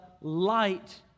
light